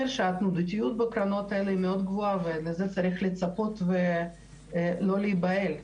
שהתנודתיות בקרנות האלה מאוד גבוהה ולזה צריך לצפות ולא להיבהל,